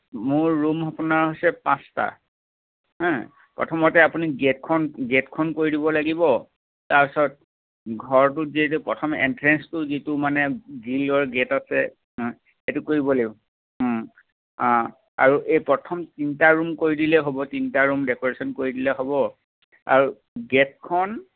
মোৰ ৰুম আপোনাৰ হৈছে পাঁচটা হেঁ প্ৰথমতে আপুনি গেটখন গেটখন কৰি দিব লাগিব তাৰপিছত ঘৰটোত যিহেতু প্ৰথম এন্ট্ৰেন্সটো যিটো মানে গ্ৰীলৰ গেট আছে সেইটো কৰিব লাগিব অঁ আৰু এই প্ৰথম তিনিটা ৰুম কৰি দিলেই হ'ব তিনিটা ৰুম ডেক'ৰেচন কৰি দিলেই হ'ব আৰু গেটখন